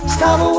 Stop